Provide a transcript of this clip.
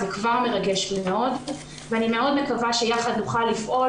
זה כבר מרגש מאוד ואני מאוד מקווה שיחד נוכל לפעול